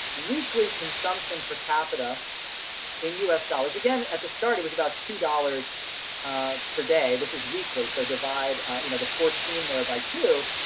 weekly consumption per capita in us dollars. again, at the start it was about two dollars ah per day. this is weekly, so divide you know the fourteen there by two.